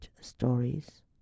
stories